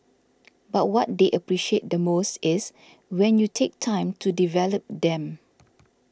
but what they appreciate the most is when you take time to develop them